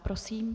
Prosím.